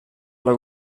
alla